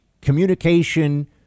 communication